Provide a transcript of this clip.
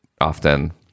often